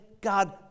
God